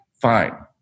Fine